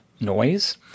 noise